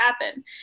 happen